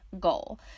goal